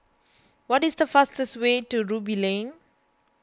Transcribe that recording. what is the fastest way to Ruby Lane